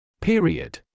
Period